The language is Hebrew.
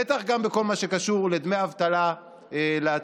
בטח גם בכל מה שקשור לדמי אבטלה לעצמאים.